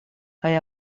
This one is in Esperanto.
kaj